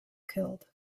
killed